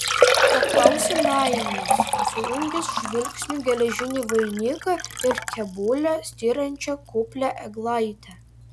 paklausė nainys sujungęs žvilgsniu geležinį vainiką ir kėbule styrančią kuplią eglaitę